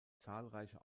zahlreiche